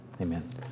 Amen